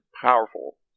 powerful